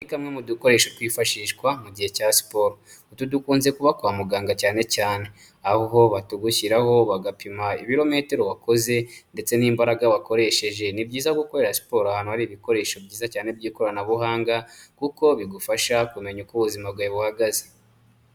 Ni kamwe mu dukoresha twifashishwa mu gihe cya siporo, utu dukunze kuba kwa muganga cyane cyane, aho batugushyiraho bagapima ibirometero wakoze, ndetse n'imbaraga wakoresheje, ni byiza gukora siporo ahantu hari ibikoresho byiza cyane by'ikoranabuhanga, kuko bigufasha kumenya uko ubuzima bwawe buhagaze.